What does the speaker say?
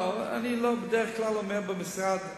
לא, בדרך כלל אני אומר במשרד: